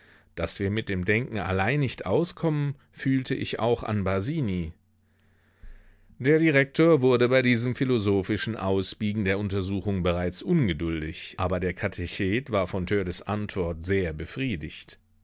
daß wir mit dem denken allein nicht auskommen fühlte ich auch an basini der direktor wurde bei diesem philosophischen ausbiegen der untersuchung bereits ungeduldig aber der katechet war von törleß antwort sehr befriedigt